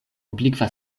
oblikva